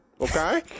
okay